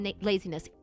laziness